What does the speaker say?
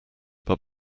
but